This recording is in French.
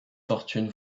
fortune